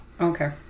Okay